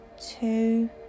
two